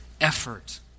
effort